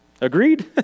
Agreed